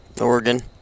Oregon